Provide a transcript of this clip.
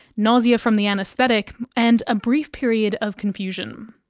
nausea from the anaesthetic, and a brief period of confusion.